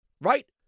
right